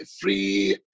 free